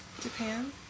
Japan